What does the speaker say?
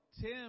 Tim